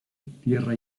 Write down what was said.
tierra